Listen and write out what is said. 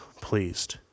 pleased